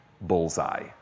bullseye